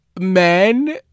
men